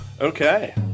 Okay